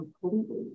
completely